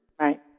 Right